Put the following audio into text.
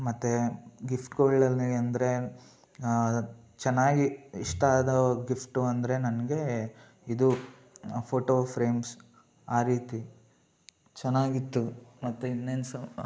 ಮತ್ತು ಗಿಫ್ಟ್ಗಳಲ್ಲಿ ಅಂದರೆ ಚೆನ್ನಾಗಿ ಇಷ್ಟ ಆದ ಗಿಫ್ಟು ಅಂದರೆ ನನಗೆ ಇದು ಫೋಟೋ ಫ್ರೇಮ್ಸ್ ಆ ರೀತಿ ಚೆನ್ನಾಗಿತ್ತು ಮತ್ತು ಇನ್ನೇನು ಸ